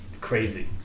crazy